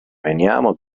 veniamo